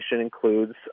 includes